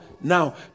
now